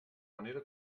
manera